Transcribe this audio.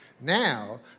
Now